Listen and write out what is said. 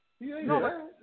No